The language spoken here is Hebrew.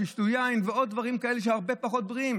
שיישתו יין ועוד דברים כאלה הרבה פחות בריאים?